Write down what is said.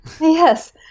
Yes